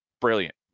brilliant